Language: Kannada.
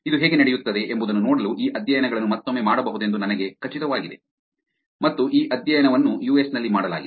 ಇದು ಹೇಗೆ ನಡೆಯುತ್ತದೆ ಎಂಬುದನ್ನು ನೋಡಲು ಈ ಅಧ್ಯಯನಗಳನ್ನು ಮತ್ತೊಮ್ಮೆ ಮಾಡಬಹುದೆಂದು ನನಗೆ ಖಚಿತವಾಗಿದೆ ಮತ್ತು ಈ ಅಧ್ಯಯನವನ್ನು ಯು ಎಸ್ ನಲ್ಲಿ ಮಾಡಲಾಗಿದೆ